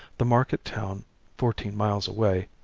the market town fourteen miles away,